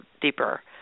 deeper